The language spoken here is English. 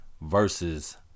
versus